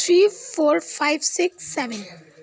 three four five six seven